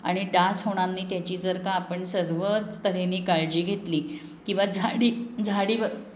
आणि डास होणार नाहीत याची जर का आपण सर्वच तऱ्हेने काळजी घेतली किंवा झाडी झाडीवर